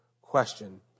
question